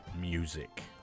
music